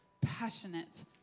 passionate